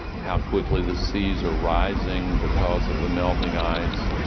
how quickly the seas are rising because of the melting ice,